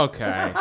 Okay